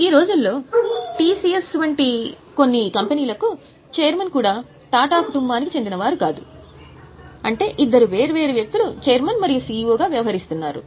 ఈ రోజుల్లో టిసిఎస్ వంటి కొన్ని కంపెనీలకు ఛైర్మన్ కూడా టాటా కుటుంబానికి చెందినవారు కాదు అంటే ఇద్దరు వేర్వేరు వ్యక్తులు చైర్మన్ మరియు సిఇఒగా వ్యవహరిస్తున్నారు